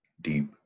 deep